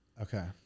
Okay